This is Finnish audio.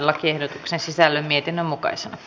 lakiehdotuksen sisällön mietinnön mukaisena